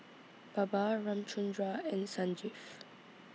Baba Ramchundra and Sanjeev